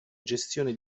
gestione